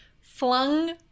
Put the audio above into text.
flung